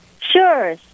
Sure